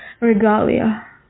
regalia